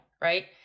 right